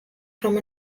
from